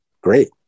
great